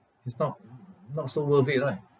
it's not not so worth it right